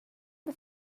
but